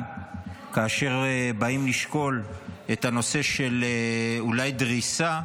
כאשר באים לשקול כאן את הנושא של אולי דריסה,